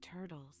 turtles